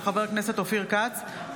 של חבר הכנסת אופיר כץ,